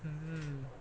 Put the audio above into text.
um